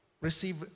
Receive